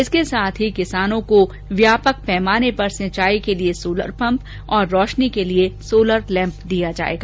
इसके साथ ही किसानों को व्यापक पैमाने पर सिंचाई के लिए सोलर पंप तथा रोशनी के लिए सोलर लैंप दिया जाएगा